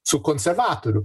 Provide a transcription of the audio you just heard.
su konservatorių